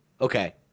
Okay